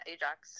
Ajax